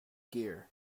gear